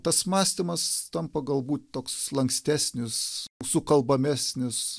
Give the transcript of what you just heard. tas mąstymas tampa galbūt toks lankstesnis sukalbamesnis